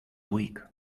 weak